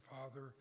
father